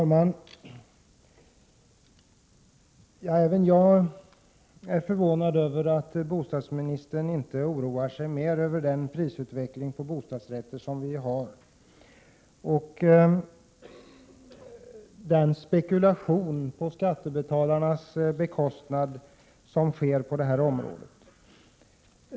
Herr talman! Även jag är förvånad över att bostadsministern inte oroar sig mer över den prisutveckling på bostadsrätter som vi har och den spekulation på skattebetalarnas bekostnad som sker på det här området.